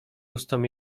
ustom